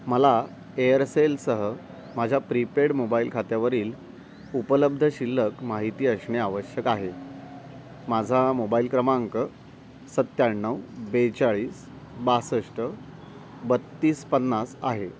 मला एअरसेलसह माझ्या प्रीपेड मोबाईल खात्यावरील उपलब्ध शिल्लक माहिती असणे आवश्यक आहे माझा मोबाईल क्रमांक सत्याण्णव बेचाळीस बासष्ट बत्तीस पन्नास आहे